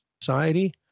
society